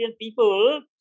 people